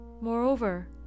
Moreover